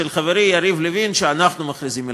חברי יריב לוין שאנחנו מכריזים מלחמה.